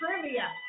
Trivia